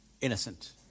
innocent